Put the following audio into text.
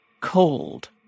cold